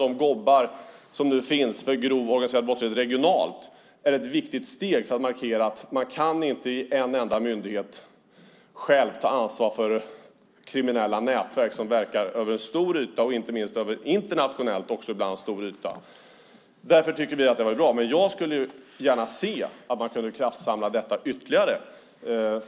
De GOB:ar som nu finns för grov organiserad brottslighet regionalt är ett viktigt steg för att markera att en enda myndighet inte själv kan ta ansvar för kriminella nätverk som verkar över en stor yta - ibland över en stor yta internationellt. Därför tycker vi att det här har varit bra. Men jag skulle gärna se att man kunde kraftsamla ytterligare.